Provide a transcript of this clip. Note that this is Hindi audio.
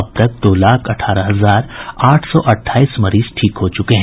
अब तक दो लाख अठारह हजार आठ सौ अठाईस मरीज ठीक हो चुके हैं